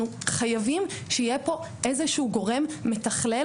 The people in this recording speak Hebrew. חייבים שיהיה פה איזשהו גורם מתכלל,